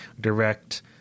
direct